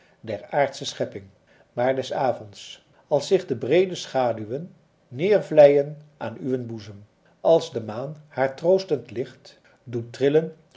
der aardsche schepping maar des avonds als zich de breede schaduwen nedervlijen aan uwen boezem als de maan haar troostend licht doet trillen